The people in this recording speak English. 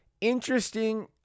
interesting